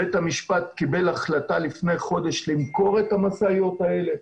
בית המשפט קיבל החלטה לפני חודש למכור את המשאיות האלה.